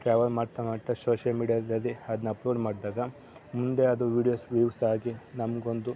travel ಮಾಡ್ತಾ ಮಾಡ್ತಾ social ಮೀಡಿಯಾದಲ್ಲಿ ಅದ್ನ ಅಪ್ಲೋಡ್ ಮಾಡಿದಾಗ ಮುಂದೆ ಅದು ವೀಡಿಯೋಸ್ ವೀವ್ಸ್ ಆಗಿ ನಮಗೊಂದು